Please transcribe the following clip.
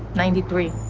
ninety three.